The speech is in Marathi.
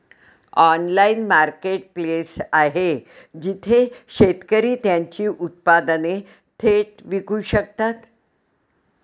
ऑनलाइन मार्केटप्लेस आहे जिथे शेतकरी त्यांची उत्पादने थेट विकू शकतात?